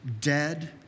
dead